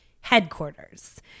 headquarters